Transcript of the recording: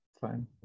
fine